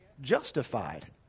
justified